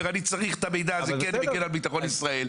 שהוא צריך את המידע הזה כי הוא מגן על ביטחון ישראל,